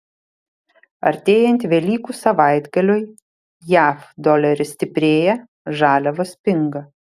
artėjant velykų savaitgaliui jav doleris stiprėja žaliavos pinga